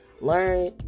Learn